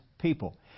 people